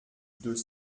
deux